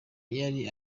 yari